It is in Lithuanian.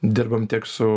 dirbam tiek su